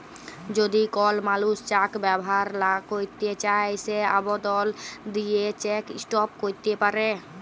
যদি কল মালুস চ্যাক ব্যাভার লা ক্যইরতে চায় সে আবদল দিঁয়ে চ্যাক ইস্টপ ক্যইরতে পারে